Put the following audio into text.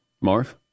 Marv